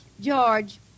George